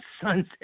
son's